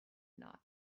not